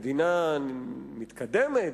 מדינה מתקדמת,